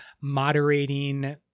moderating